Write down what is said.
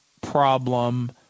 problem